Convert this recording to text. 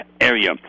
area